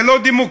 זה לא דמוקרטי,